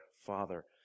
father